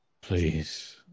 Please